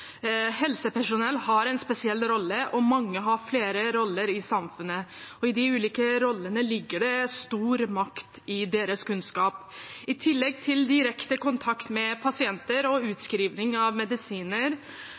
Helsepersonell har en spesiell rolle, og mange har flere roller i samfunnet. Og i de ulike rollene ligger det stor makt i deres kunnskap. I tillegg til direkte kontakt med pasienter og